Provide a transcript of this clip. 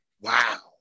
Wow